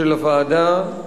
של הוועדה.